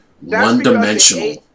one-dimensional